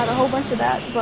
whole bunch of that but